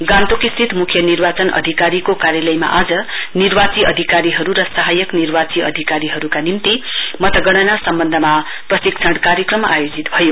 गान्तोक स्थित मुख्य निर्वाचन अधिकारीको कार्यलयमा आज निर्वाचन अधिकारीहरु र सहायक निर्वाची अधिकारीका निम्ति मतगणना सम्बन्धमा प्रशिक्षण कार्यक्रम आयोजित भयो